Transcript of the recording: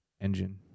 Engine